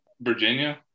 Virginia